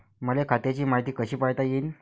मले खात्याची मायती कशी पायता येईन?